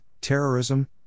terrorism